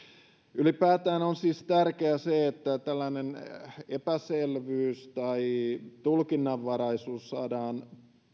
ylipäätään on siis tärkeää se että tällainen epäselvyys tai tulkinnanvaraisuus saadaan